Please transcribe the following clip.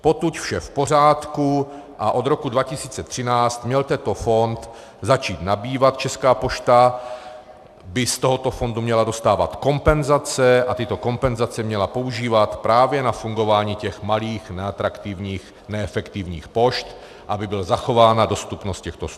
Potud vše v pořádku, a od roku 2013 měl tento fond začít nabývat, Česká pošta by z tohoto fondu měla dostávat kompenzace a tyto kompenzace měla používat právě na fungování těch malých, neatraktivních, neefektivních pošt, aby byla zachována dostupnost těchto služeb.